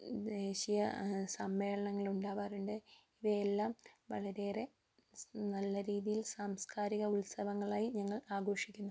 ദേശീയ സമ്മേളനങ്ങൾ ഉണ്ടാവാറുണ്ട് ഇവയെല്ലാം വളരെയേറെ നല്ല രീതിയിൽ സാംസ്കാരിക ഉത്സവങ്ങളായി ഞങ്ങൾ ആഘോഷിക്കുന്നു